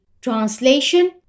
Translation